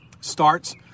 starts